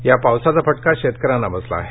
या पावसाचा फटका शेतकऱ्यांना बसला आहे